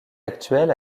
actuelle